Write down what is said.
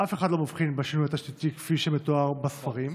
אף אחד לא מבחין בשינוי התשתיתי כפי שמתואר בספרים.